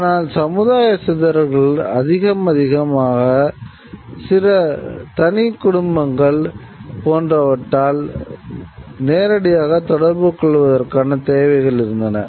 ஆனால் சமுதாய சிதறல்கள் அதிகமதிகமான தனி குடும்பங்கள் போன்றவற்றால் நேரடியாக தொடர்புகொள்வதற்கான தேவைகள் இருந்தன